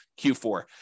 Q4